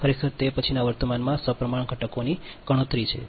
ખરેખર તે પછીના વર્તમાનના સપ્રમાણ ઘટકોની ગણતરી છે